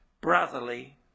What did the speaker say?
brotherly